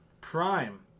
Prime